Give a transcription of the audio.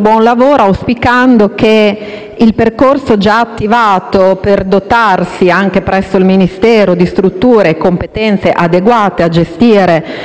buon lavoro, auspicando che il percorso già attivato per dotarsi, anche presso il Ministero, di strutture e competenze adeguate a gestire